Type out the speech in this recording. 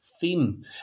theme